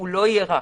לא רק הוא.